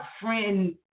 friend